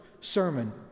sermon